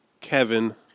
Kevin